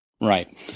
Right